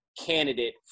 candidate